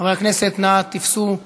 חברי הכנסת, נא תפסו את